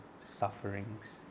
sufferings